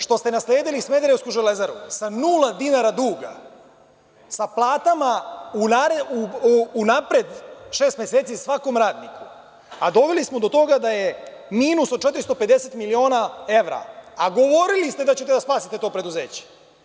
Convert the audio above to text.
Što ste nasledili smederevsku „Železaru“ sa nula dinara duga, sa platama unapred šest meseci svakom radniku, a doveli ste do toga da je minus od 450 miliona evra, iako ste govorili da ćete da spasete preduzeće.